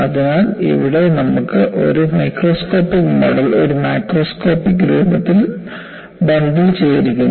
അതിനാൽ ഇവിടെ നമുക്ക് ഒരു മൈക്രോസ്കോപ്പിക് മോഡൽ ഒരു മാക്രോസ്കോപ്പിക് രൂപത്തിൽ ബണ്ടിൽ ചെയ്തിരിക്കുന്നു